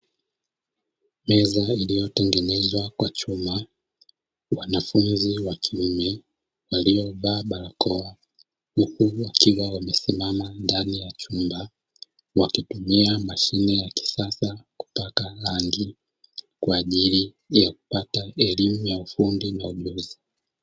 Meza ilioyotengenezwa kwa chuma wanafunzi wa kiume waliovaa barakoa, huku wakiwa wamesimama ndani ya chumba wakitumia mashine ya kisasa kupaka rangi kwa ajili ya kupata elimu ya ufundi na ujuzi.